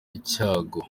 icyago